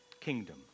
kingdom